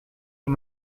den